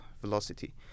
velocity